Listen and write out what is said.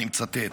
ואני מצטט: